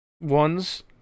ones